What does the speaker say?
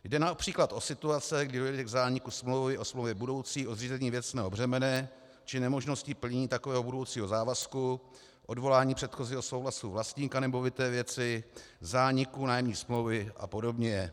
Jde například o situace, kdy dojde k zániku smlouvy o smlouvě budoucí o zřízení věcného břemene či nemožnosti plnění takového budoucího závazku, odvolání předchozího souhlasu vlastníka nemovité věci, zániku nájemní smlouvy apod.